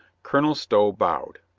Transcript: colonel stow bowed.